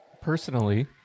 personally